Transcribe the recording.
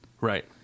Right